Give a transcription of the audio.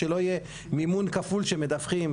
שלא יהיה מימון כפול שמדווחים,